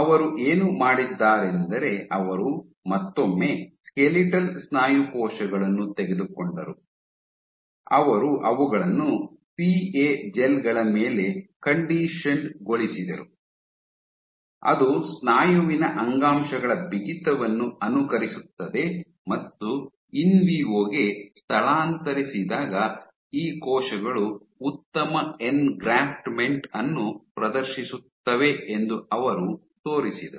ಅವರು ಏನು ಮಾಡಿದ್ದಾರೆಂದರೆ ಅವರು ಮತ್ತೊಮ್ಮೆ ಸ್ಕೆಲಿಟಲ್ ಸ್ನಾಯು ಕೋಶಗಳನ್ನು ತೆಗೆದುಕೊಂಡರು ಅವರು ಅವುಗಳನ್ನು ಪಿಎ ಜೆಲ್ ಗಳ ಮೇಲೆ ಕಂಡಿಷನ್ಡ್ ಗೊಳಿಸಿದರು ಅದು ಸ್ನಾಯುವಿನ ಅಂಗಾಂಶಗಳ ಬಿಗಿತವನ್ನು ಅನುಕರಿಸುತ್ತದೆ ಮತ್ತು ಇನ್ವಿವೊ ಗೆ ಸ್ಥಳಾಂತರಿಸಿದಾಗ ಈ ಕೋಶಗಳು ಉತ್ತಮ ಎಂಗ್ರಾಫ್ಟ್ಮೆಂಟ್ ಅನ್ನು ಪ್ರದರ್ಶಿಸುತ್ತವೆ ಎಂದು ಅವರು ತೋರಿಸಿದರು